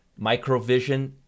microvision